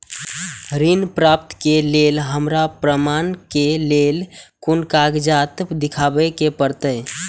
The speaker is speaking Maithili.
ऋण प्राप्त के लेल हमरा प्रमाण के लेल कुन कागजात दिखाबे के परते?